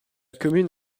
commune